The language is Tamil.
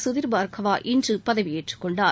சுதிர் பார்கவா இன்று பதவியேற்றுக் கொண்டார்